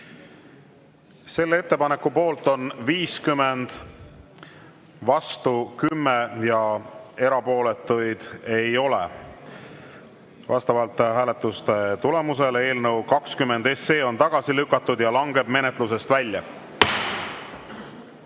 Selle ettepaneku poolt on 50 Riigikogu liiget, vastu 10 ja erapooletuid ei ole. Vastavalt hääletuse tulemusele on eelnõu 20 tagasi lükatud ja langeb menetlusest välja.